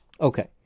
Okay